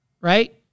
right